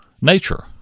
nature